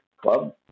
club